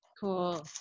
Cool